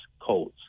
codes